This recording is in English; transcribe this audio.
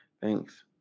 thanks